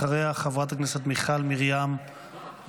אחריה, חברת הכנסת מיכל מרים וולדיגר.